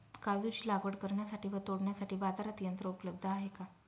काजूची लागवड करण्यासाठी व तोडण्यासाठी बाजारात यंत्र उपलब्ध आहे का?